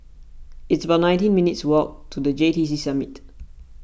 it's about nineteen minutes' walk to the J T C Summit